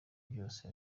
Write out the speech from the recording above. byose